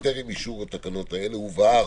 והוא נתן הצהרה לוועדה הזאת